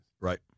Right